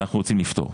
אנחנו רוצים לפטור.